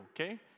okay